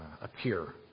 appear